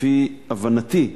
לפי הבנתי,